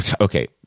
okay